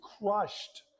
crushed